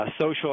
social